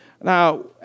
Now